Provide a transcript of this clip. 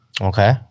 Okay